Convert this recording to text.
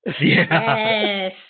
Yes